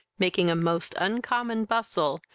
making a most uncommon bustle,